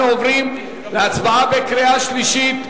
אנחנו עוברים להצבעה בקריאה שלישית.